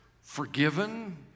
forgiven